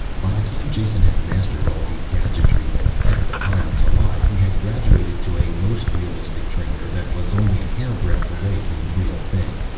by the time jason had mastered all the gadgetry that kept the pyrrans alive, he had graduated to a most realistic trainer that was only a hair-breadth away from the real thing.